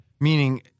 Meaning